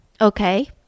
Okay